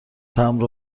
تمبر